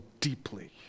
deeply